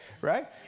right